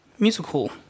musical